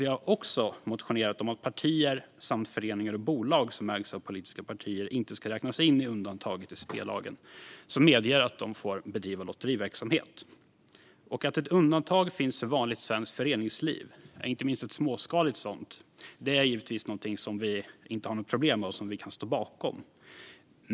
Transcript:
Vi har också motionerat om att partier samt föreningar och bolag som ägs av politiska partier inte ska räknas in i undantaget i spellagen som medger att de får bedriva lotteriverksamhet. Att ett undantag finns för vanligt svenskt föreningsliv, inte minst ett småskaligt sådant, är givetvis någonting som vi inte har något problem med och som vi kan stå bakom.